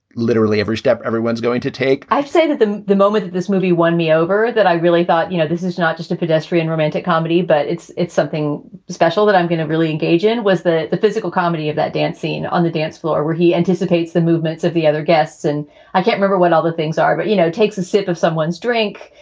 literally every step everyone's going to take i'd say that the the moment that this movie won me over that i really thought, you know, this is not just a pedestrian romantic comedy, but it's it's something special that i'm going to really engage in was the the physical comedy of that dancing on the dance floor where he anticipates the movements of the other guests. and i can't rember when other things are, but, you know, takes a sip of someone's drink,